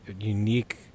unique